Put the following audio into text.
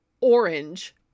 Orange